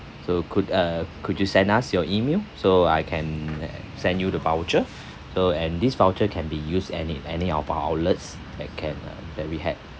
so could uh could you send us your email so I can uh send you the voucher so and this voucher can be used any any of our outlets that can uh that we had